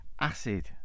acid